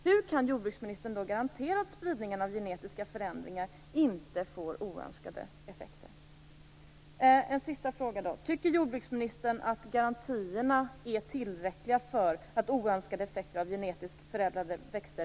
Hur kan jordbruksministern då garantera att spridningen av genetiska förändringar inte får oönskade effekter? En sista fråga: Tycker jordbruksministern att vi har tillräckliga garantier mot oönskade effekter av genetiskt förändrade växter?